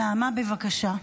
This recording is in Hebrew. נעמה, בבקשה.